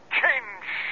change